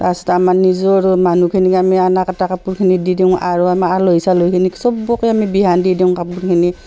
তাৰপাছত আমাৰ নিজৰো মানুহখিনিক আমি আনা কাটা কাপোৰখিনি দি দিওঁ আৰু আমাৰ আলহী চালহীখিনিক চবকে আমি বিহুৱান দি দিওঁ কাপোৰখিনি